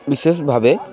ବିଶେଷ ଭାବେ